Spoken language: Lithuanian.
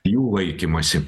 jų laikymąsi